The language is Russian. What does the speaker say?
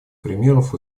примеров